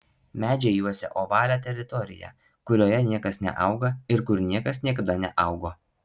medžiai juosia ovalią teritoriją kurioje niekas neauga ir kur niekas niekada neaugo